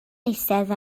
eistedd